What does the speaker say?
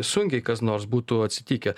sunkiai kas nors būtų atsitikę